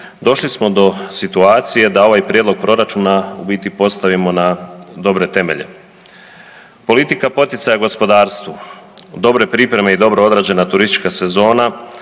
došli smo do situacije da ovaj prijedlog proračuna u biti postavimo na dobre temelje. Politika poticaja gospodarstvu, dobre pripreme i dobro odrađena turistička sezona